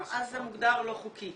זה מוגדר לא חוקי?